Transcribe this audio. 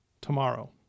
tomorrow